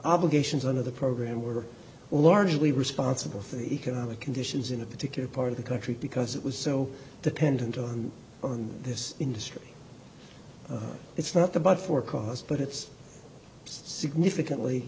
obligations under the program were largely responsible for the economic conditions in a particular part of the country because it was so dependent on on this industry it's not the but for cause but it's significantly